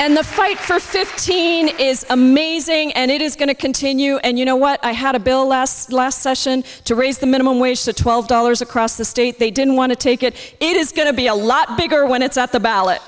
and the fight for fifteen is amazing and it is going to continue and you know what i had a bill last last session to raise the minimum wage to twelve dollars across the state they didn't want to take it it is going to be a lot bigger when it's at the ballot